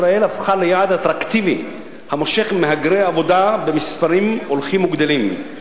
ישראל הפכה ליעד אטרקטיבי המושך מהגרי עבודה במספרים הולכים וגדלים.